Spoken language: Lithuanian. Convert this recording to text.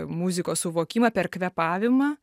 muzikos suvokimą per kvėpavimą